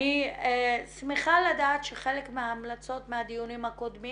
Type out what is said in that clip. אני שמחה לדעת שחלק מההמלצות מהדיונים הקודמים